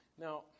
Now